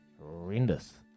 horrendous